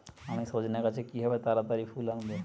আমি সজনে গাছে কিভাবে তাড়াতাড়ি ফুল আনব?